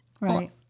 Right